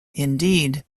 indeed